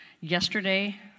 yesterday